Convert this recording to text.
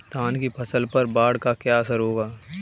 धान की फसल पर बाढ़ का क्या असर होगा?